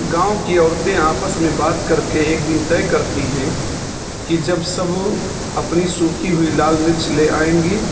گاؤں کی عورتیں آپس میں بات کر کے ایک دن طے کرتی ہیں کہ جب سب اپنی سوکھی ہوئی لال مرچ لے آئیں گی